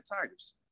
Tigers